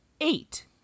eight